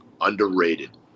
Underrated